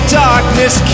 darkness